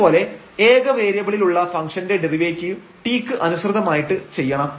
അതുപോലെ ഏക വേരിയബിളിൽ ഉള്ള ഫംഗ്ഷന്റെ ഡെറിവേറ്റീവ് t ക്ക് അനുസൃതമായിട്ട് ചെയ്യണം